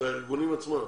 זה הארגונים עצמם.